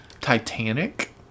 Titanic